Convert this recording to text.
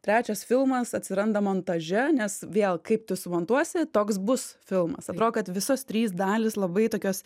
trečias filmas atsiranda montaže nes vėl kaip tu sumontuosi toks bus filmas atrodo kad visos trys dalys labai tokios